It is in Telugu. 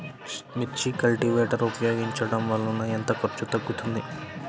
మిర్చి కల్టీవేటర్ ఉపయోగించటం వలన ఎంత ఖర్చు తగ్గుతుంది?